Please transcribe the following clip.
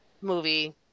movie